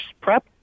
prep